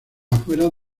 afueras